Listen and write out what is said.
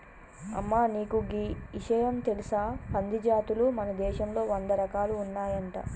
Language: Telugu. అమ్మ నీకు గీ ఇషయం తెలుసా పంది జాతులు మన దేశంలో వంద రకాలు ఉన్నాయంట